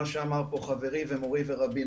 מה שאמר פה חברי ומורי ורבי,